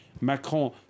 Macron